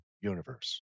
universe